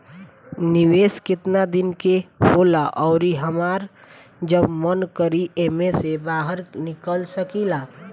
निवेस केतना दिन के होला अउर हमार जब मन करि एमे से बहार निकल सकिला?